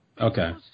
Okay